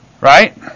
right